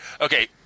Okay